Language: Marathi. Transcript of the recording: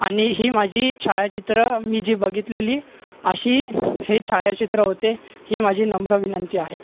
आणि ही माझी छायाचित्रं मी जी बघितलेली अशी हे छायाचित्र होते ही माझी नम्र विनंती आहे